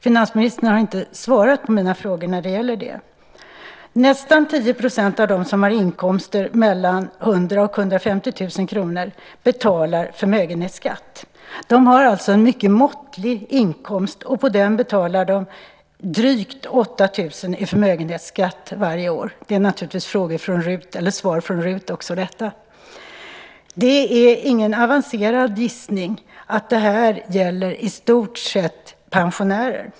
Finansministern har inte svarat på mina frågor om det. Nästan 10 % av dem som har inkomster mellan 100 000 och 150 000 kr betalar förmögenhetsskatt. De har alltså en mycket måttlig inkomst, och på den betalar de drygt 8 000 kr i förmögenhetsskatt varje år. Det är naturligtvis uppgifter från RUT. Det är ingen avancerad gissning att det här i stort sett gäller pensionärer.